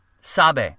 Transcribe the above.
Sabe